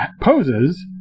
poses